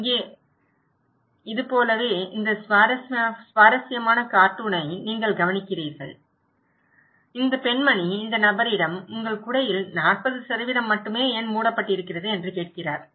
இங்கே போலவே இந்த சுவாரஸ்யமான கார்ட்டூனை நீங்கள் கவனிக்கிறீர்கள் இந்த பெண்மணி இந்த நபரிடம் உங்கள் குடையில் 40 மட்டுமே ஏன் மூடப்பட்டிருக்கிறது என்று கேட்கிறார்